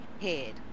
head